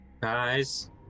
Guys